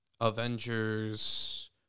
Avengers